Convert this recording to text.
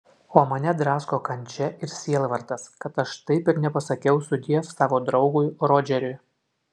o mane drasko kančia ir sielvartas kad aš taip ir nepasakiau sudiev savo draugui rodžeriui